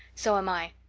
so am i.